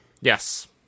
Yes